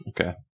Okay